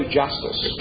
justice